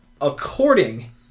according